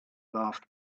laughed